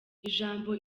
ijambo